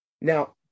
Now